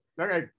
okay